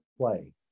play